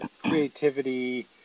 creativity